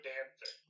Dancer